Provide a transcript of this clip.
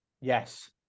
Yes